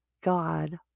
God